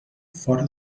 fora